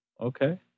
okay